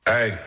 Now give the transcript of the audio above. Hey